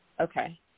Okay